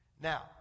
Now